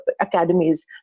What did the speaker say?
academies